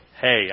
Hey